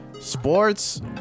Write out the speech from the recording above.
sports